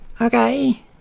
Okay